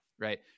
Right